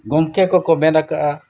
ᱜᱚᱢᱠᱮ ᱠᱚᱠᱚ ᱢᱮᱱ ᱠᱟᱜᱼᱟ